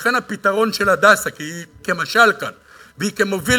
ולכן הפתרון של "הדסה" כי הוא כמשל כאן והוא כמוביל